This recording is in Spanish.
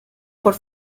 por